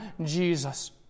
Jesus